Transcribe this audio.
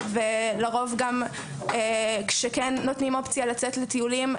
ולרוב גם כשכן נותנים אופציה לצאת לטיולים,